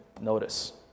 notice